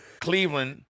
Cleveland